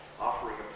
Offering